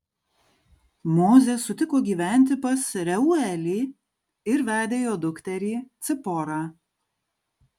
mozė sutiko gyventi pas reuelį ir vedė jo dukterį ciporą